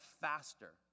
faster